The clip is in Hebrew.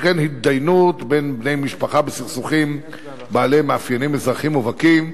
שכן התדיינות בין בני-משפחה בסכסוכים בעלי מאפיינים אזרחיים מובהקים,